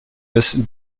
des